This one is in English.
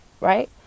Right